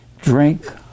drink